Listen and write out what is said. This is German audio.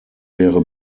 wäre